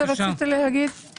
אני